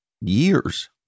years